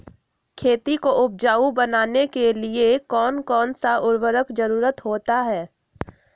खेती को उपजाऊ बनाने के लिए कौन कौन सा उर्वरक जरुरत होता हैं?